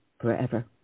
forever